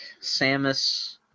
Samus